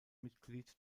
mitglied